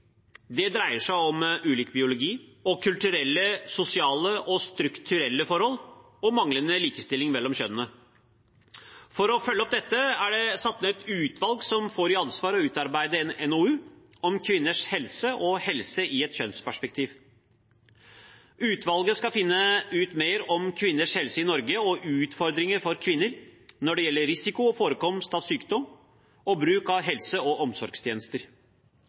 dreier det seg om ulik biologi, og kulturelle, sosiale og strukturelle forhold og manglende likestilling mellom kjønnene. For å følge opp dette er det satt ned et utvalg som får i ansvar å utarbeide en NOU om kvinners helse og helse i et kjønnsperspektiv. Utvalget skal finne ut mer om kvinners helse i Norge og utfordringer for kvinner når det gjelder risiko og forekomst av sykdom og bruk av helse- og omsorgstjenester.